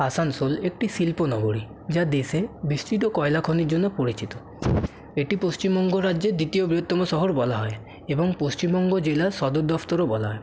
আসানসোল একটি শিল্পনগরী যা দেশে বিস্তৃত কয়লা খনির জন্য পরিচিত এটি পশ্চিমবঙ্গ রাজ্যের দ্বিতীয় বৃহত্তম শহর বলা হয় এবং পশ্চিমবঙ্গ জেলার সদর দপ্তরও বলা হয়